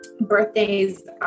birthdays